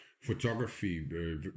photography